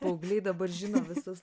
paaugliai dabar žino visas